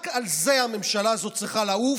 רק על זה הממשלה הזאת צריכה לעוף,